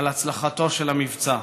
ועל הצלחתו של המבצע.